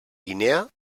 guinea